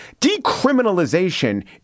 decriminalization